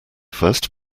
first